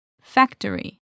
Factory